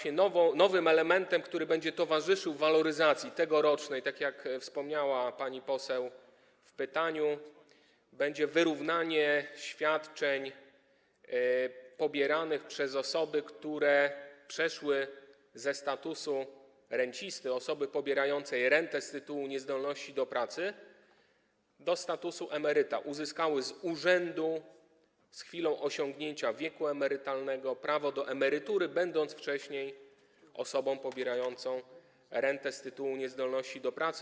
Nowym elementem, który będzie towarzyszył waloryzacji tegorocznej, tak jak wspomniała pani poseł w pytaniu, będzie wyrównanie świadczeń pobieranych przez osoby, które przeszły ze statusu rencisty, osoby pobierającej rentę z tytułu niezdolności do pracy, na status emeryta, uzyskały z urzędu z chwilą osiągnięcia wieku emerytalnego prawo do emerytury, będąc wcześniej osobami pobierającymi rentę z tytułu niezdolności do pracy.